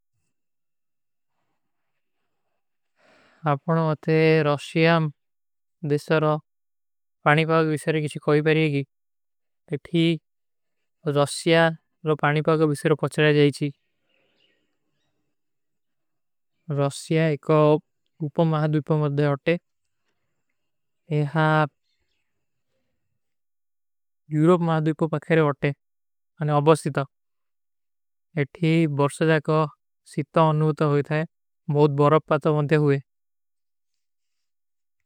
ଆପନୋ ଅତେ ରୋସିଯା ଦେଶାରୋ ପାନୀ ପାଗ ଵିସେରୋ କହୋଈ ପାରିଯେ କୀ। ଇଠୀ ରୋସିଯାଲୋ ପାଣୀ ପାଗ ଵିସେରୋ ପଚଲା ଜାଯିଚୀ। ରୋସିଯା ଏକ ଉପମାହ ଦୂପ ମଂଧେ ହୋତେ। ଯହା ଇଯୂରୋପ ମାହ ଦୂପ ପକ୍ଖରେ ହୋତେ। ଔର ଅବଶିତ। ଏଠୀ ବର୍ସା ଜାକୋ ସିତ୍ତା ଅନୂତ ହୋତା ହୈ, ମହୁଦ ବରବ୍ପାତ ଵନ୍ତେ ହୁଏ।